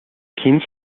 keen